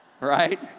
right